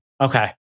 Okay